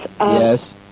Yes